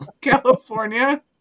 California